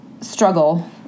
struggle